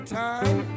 time